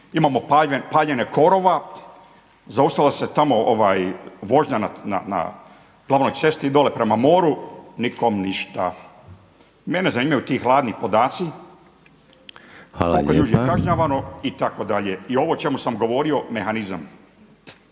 Imamo paljenje korova. Zaustavila se tamo vožnja na glavnoj cesti dole prema moru, nikom ništa. Mene zanimaju ti hladni podaci, koliko je ljudi kažnjavano itd. …/Upadica Reiner: Hvala lijepa./… I ovo o čemu sam govorio mehanizam.